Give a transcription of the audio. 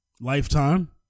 Lifetime